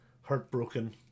heartbroken